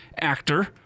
actor